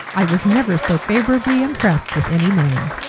i was never so favourably impressed with any man.